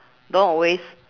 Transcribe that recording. don't always